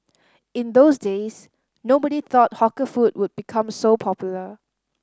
in those days nobody thought hawker food would become so popular